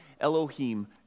Elohim